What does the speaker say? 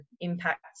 impacts